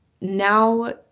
now